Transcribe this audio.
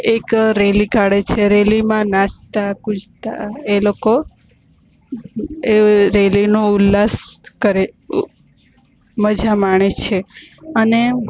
એક રેલી કાઢે છે રેલીમાં નાચતા કુદતા એ લોકો રેલીનો ઉલ્લાસ કરે મજા માણે છે અને